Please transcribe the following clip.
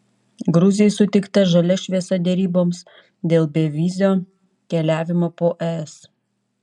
gruzijai suteikta žalia šviesa deryboms dėl bevizio keliavimo po es